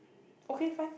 okay fine